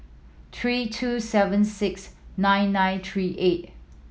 three two seven six nine nine three eight